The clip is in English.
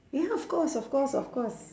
ya of course of course of course